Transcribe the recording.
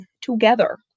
together